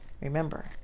remember